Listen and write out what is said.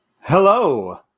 Hello